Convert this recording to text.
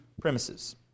premises